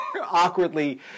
awkwardly